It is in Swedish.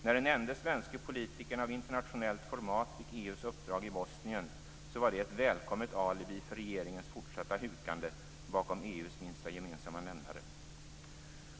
När den ende svenske politikern av internationellt format fick EU:s uppdrag i Bosnien var det ett välkommet alibi för regeringens fortsatta hukande bakom EU:s minsta gemensamma nämnare.